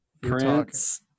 Prince